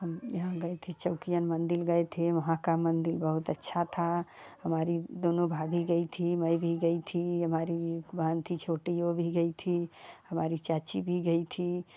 हम हम गए थे चौकियन मंदिर गए थे वहाँ का मंदिर बहुत अच्छा था हमारी दोनों भाभी गई थी मैं भी गई थी हमारी बहन थी छोटी वह भी गई थी हमारी चाची भी गई थी